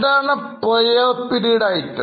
എന്താണ് prior period item